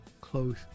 close